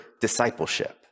discipleship